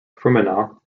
fermanagh